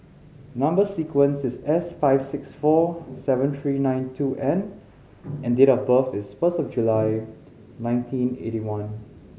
number sequence is S five six four seven three nine two N and date of birth is first of July nineteen eighty one